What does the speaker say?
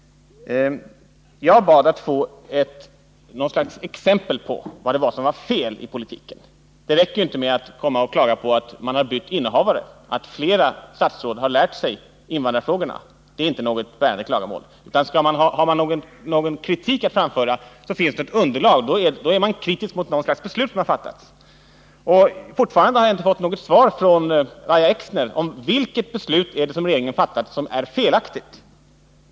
Jag bad att få något exempel på vad som var fel i politiken. Det räcker inte med att bara klaga på att statsrådsposten bytt innehavare. Att flera statsråd har lärt sig invandrar frågorna är inte något bärande klagomål. Har man kritik att framföra måste det finnas något underlag. Då är man kritisk mot något beslut som har fattats, men jag har fortfarande inte fått svar från Lahja Exner på frågan vilket beslut det är som är felaktigt.